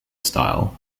style